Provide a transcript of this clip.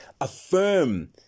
affirm